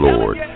Lord